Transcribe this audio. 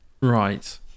Right